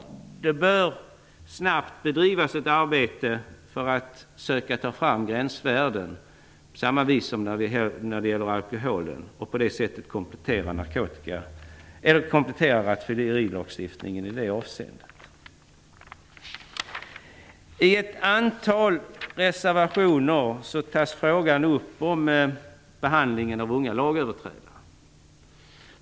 Ett arbete bör snabbt sättas i gång och bedrivas för att försöka ta fram gränsvärden motsvarande dem som gäller för alkoholen, så att rattfyllerilagstiftningen kan kompletteras i det avseendet. I ett antal reservationer tas frågan upp om behandlingen av unga lagöverträdare.